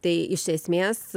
tai iš esmės